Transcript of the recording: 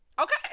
Okay